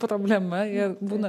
problema ir būna